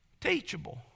Teachable